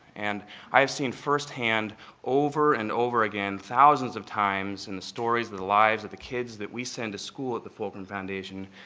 and i have seen first hand over and over again thousands of times in the stories, the lives of the kids that we send to school at the fulcrum foundation,